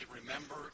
remember